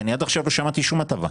כי אני עד עכשיו לא שמעתי שום הטבה.